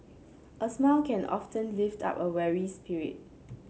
a smile can often lift up a weary spirit